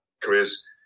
careers